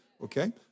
Okay